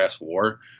war